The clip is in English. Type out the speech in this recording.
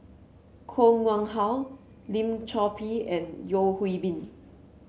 Koh Nguang How Lim Chor Pee and Yeo Hwee Bin